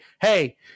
hey